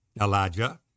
Elijah